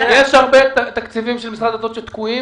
יש הרבה תקציבים של משרד הדתות שתקועים